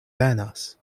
venas